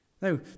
no